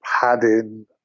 padding